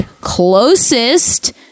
closest